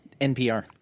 NPR